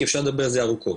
כי אפשר לדבר על זה ארוכות.